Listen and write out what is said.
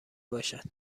باشد